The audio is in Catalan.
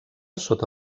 sota